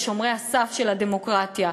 משומרי הסף של הדמוקרטיה.